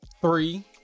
three